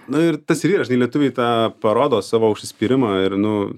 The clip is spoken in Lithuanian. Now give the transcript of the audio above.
nu ir tas ir yra žinai lietuviai tą parodo savo užsispyrimą ir nu